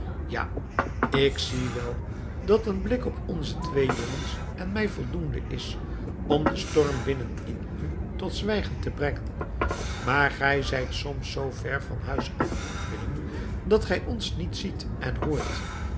ja ik zie wel dat een blik op onze twee jongens en mij voldoende is om den storm binnen in u tot zwijgen te brengen maar gij zijt soms zoo ver van huis af willem dat gij ons niet ziet en hoort